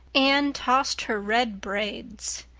anne tossed her red braids.